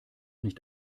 nicht